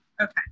Okay